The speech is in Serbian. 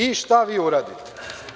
I šta vi uradite?